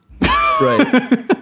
Right